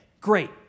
great